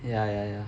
ya ya ya